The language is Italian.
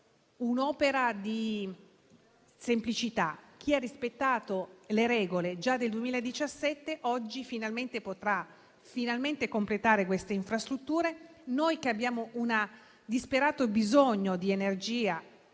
un'opera di semplicità. Chi ha rispettato le regole già nel 2017 oggi, finalmente, potrà completare queste infrastrutture. E noi, che abbiamo un disperato bisogno di energia,